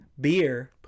beer